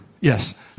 Yes